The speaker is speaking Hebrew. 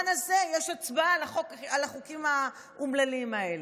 יש הצבעה על החוקים האומללים האלה?